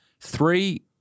Three